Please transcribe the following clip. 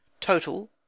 total